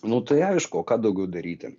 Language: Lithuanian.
nu tai aišku o ką daugiau daryti